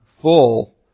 full